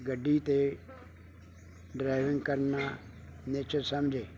ਗੱਡੀ 'ਤੇ ਡਰਾਈਵਿੰਗ ਕਰਨਾ ਨਿਸ਼ਚਿਤ ਸਮਝੇ